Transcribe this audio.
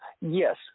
yes